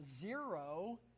zero